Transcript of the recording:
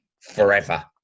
forever